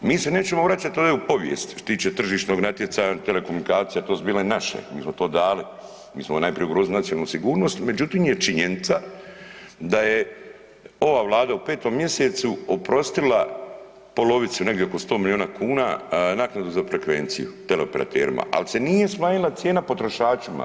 Mi se nećemo ovdje vraćati u povijest što se tiče tržišnog natjecanja, telekomunikacija to su bile naše, mi smo to dali, mi smo najprije ugrozili nacionalnu sigurnost međutim je činjenica da je ova Vlada u 5.-tom mjesecu oprostila polovicu negdje oko 100 miliona kuna naknadu za frekvenciju teleoperaterima, ali se nije smanjila cijena potrošačima.